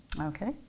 Okay